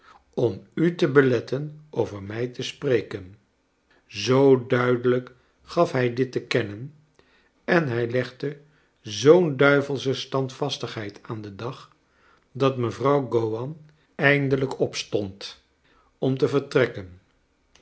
om u te fbeletten over mij te spreken zoo duidelijk gaf hij dit te kennen en hij legde zoo'n duivelsche standvastigheid aan den dag dat mevrouw gowan eindelijk opstond om te vertrekken